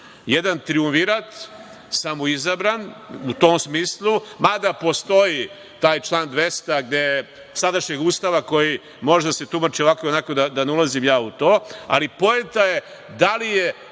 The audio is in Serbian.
jedan trijumvirat, samoizabran, u tom smislu, mada postoji taj član 200. sadašnjeg Ustava koji može da se tumači ovako ili onako, da ne ulazim ja u to, ali poenta je da li je…